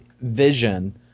vision